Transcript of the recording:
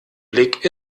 blick